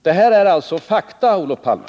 Detta är fakta, Olof Palme.